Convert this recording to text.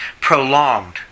prolonged